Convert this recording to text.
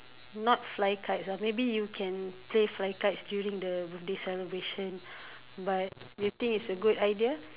not fly kites ah maybe you can play fly kites during the birthday celebration but you think it is a good idea